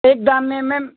एक दाम में मेम